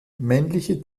männliche